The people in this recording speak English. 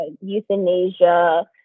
euthanasia